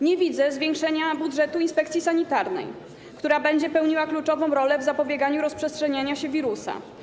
Nie widzę zwiększenia budżetu inspekcji sanitarnej, która będzie odgrywała kluczową rolę w zapobieganiu rozprzestrzenianiu się wirusa.